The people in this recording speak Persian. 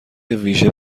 ویژه